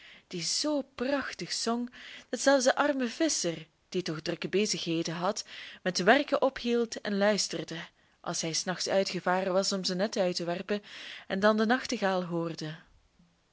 die zoo prachtig zong dat zelfs de arme visscher die toch drukke bezigheden had met werken ophield en luisterde als hij s nachts uitgevaren was om zijn net uit te werpen en dan den nachtegaal hoorde